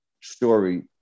story